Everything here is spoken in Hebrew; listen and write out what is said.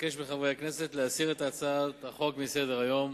אבקש מחברי הכנסת להסיר את הצעת החוק מסדר-היום.